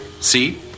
See